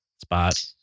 spot